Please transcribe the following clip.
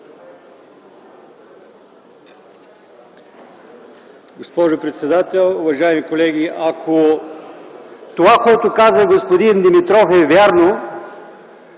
Госпожо председател, уважаеми колеги! Ако това, което каза господин Димитров е вярно,